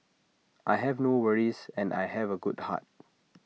I have no worries and I have A good heart